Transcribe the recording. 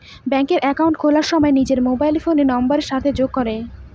ব্যাঙ্কে একাউন্ট খোলার সময় নিজের মোবাইল ফোনের নাম্বারের সাথে যোগ করে